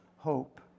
Hope